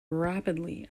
rapidly